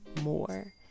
more